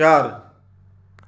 चार